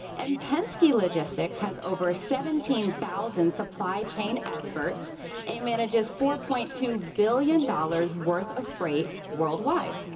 and penske logistics has over seventeen thousand supply chain experts and manages four point two billion dollars worth of freight worldwide.